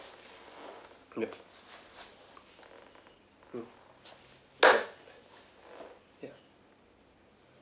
yup mm yup